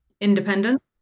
independent